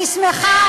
אני שמחה